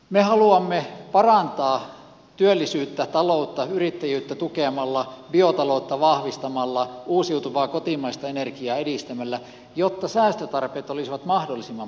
me haluamme parantaa työllisyyttä ja taloutta yrittäjyyttä tukemalla biotaloutta vahvistamalla uusiutuvaa kotimaista energiaa edistämällä jotta säästötarpeet olisivat mahdollisimman pienet